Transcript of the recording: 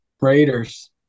Raiders